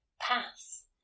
pass